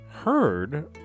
heard